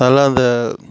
அதுதான் அந்த